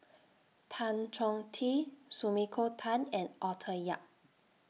Tan Chong Tee Sumiko Tan and Arthur Yap